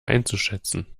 einzuschätzen